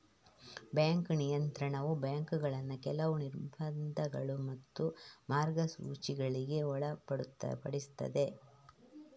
bank ನಿಯಂತ್ರಣವು ಬ್ಯಾಂಕುಗಳನ್ನ ಕೆಲವು ನಿರ್ಬಂಧಗಳು ಮತ್ತು ಮಾರ್ಗಸೂಚಿಗಳಿಗೆ ಒಳಪಡಿಸ್ತದೆ